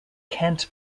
kent